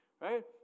right